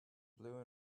blue